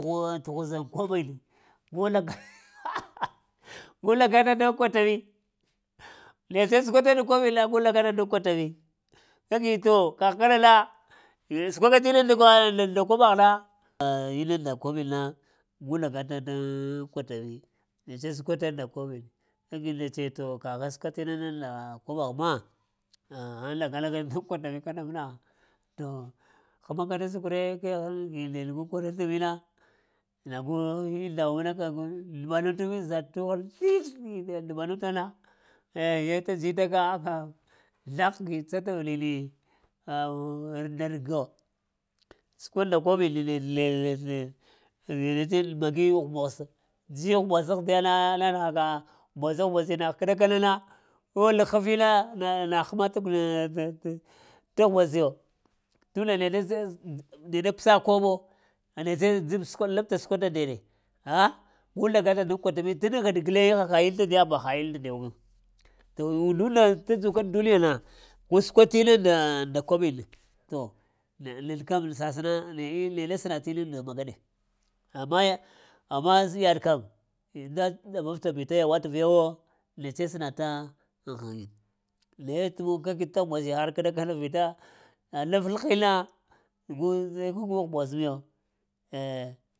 Gu tughwaza koɓiŋ gu lag lagata day kwatami netse səkwatav ka gu lagata daŋ kwatami kagi to kagh kana na səkwaka tə inna nda koɓaghna ah inan nda koɓin na gu lagata daŋ daŋ kwatami, netse skwata nda koɓo ahgi ndetse to koghe səkwata nda koɓaghna aghŋ lagalaka day kwatami, aga koɓo məna to həmaka da səkw-ne? Kəghn gi nda neɗe gu kwaranta mina nagu aŋ ndaw məna ka zləgh gi dzata avlini ha nda rəgo skweɗ nda koɓibi gui ghumboso dzi ghumbos ahdiya mbaza mbaza na kaɗakana na ko lah hafina na həma to ghumbosyo tunda neɗe neɗe pəsa kobo netse dzi tə səkwata ndeɗe ah-ga lagata daŋ kwatami dəɗap guleŋe haha it tadiya ba hail deyewo to undunda tə dzuk aŋ duniya na kol səkwat nda koɓini to nede kam səsana tə neɗe səna tə innunda megaɗe amma-amma yaɗ kam ɗamafta bi taya watəv yawo netse sənata aŋ ghagini ne tə monka kagi taguŋ zighaɗ vita ləflihina gu gol miyo,